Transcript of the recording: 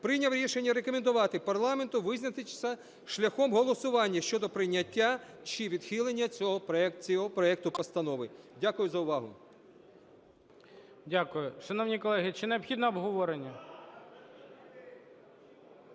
прийняв рішення рекомендувати парламенту визначитися шляхом голосування щодо прийняття чи відхилення цього проекту постанови. Дякую за увагу. ГОЛОВУЮЧИЙ. Дякую. Шановні колеги, чи необхідно обговорення?